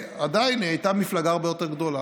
עדיין הייתה מפלגה הרבה יותר גדולה.